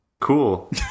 cool